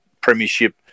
premiership